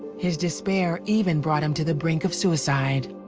his despair even brought him to the brink of suicide.